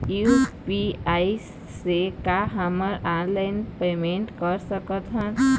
UPI से का हमन ऑनलाइन पेमेंट कर सकत हन?